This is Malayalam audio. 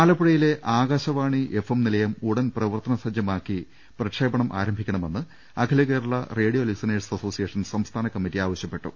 ആലപ്പുഴയിലെ ആകാശവാണി എഫ് എം നിലയം ഉടൻ പ്രവർത്തന സജ്ജമാക്കി പ്രക്ഷേപണം ആരംഭിക്കണമെന്ന് അഖി ലകേരള റേഡിയോ ലിസണേഴ്സ് അസോസിയേഷൻ സംസ്ഥാന കമ്മറ്റി ആവശ്യപ്പെട്ടു